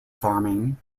farming